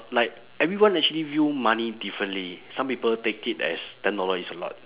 like everyone actually view money differently some people take it as ten dollar is a lot